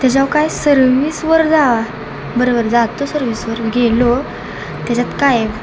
त्याच्यावर काय सर्विसवर जावा बरोबर जातो सर्विसवर गेलो त्याच्यात काय